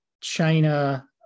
China